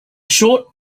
short